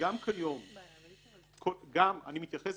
- אני מתייחס